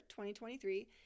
2023